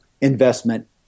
investment